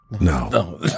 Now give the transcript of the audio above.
No